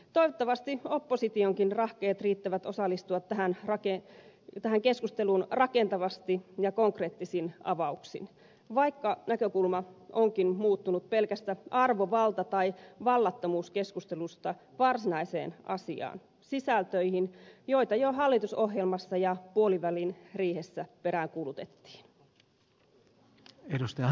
toivottavasti oppositionkin rahkeet riittävät osallistua tähän keskusteluun rakentavasti ja konkreettisin avauksin vaikka näkökulma onkin muuttunut pelkästä arvovalta tai vallattomuuskeskustelusta varsinaiseen asiaan sisältöihin joita jo hallitusohjelmassa ja puolivälin riihessä peräänkuulutettiin